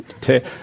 take